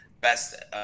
best